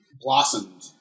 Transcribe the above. blossomed